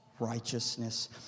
righteousness